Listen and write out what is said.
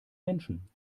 menschen